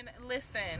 Listen